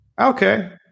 Okay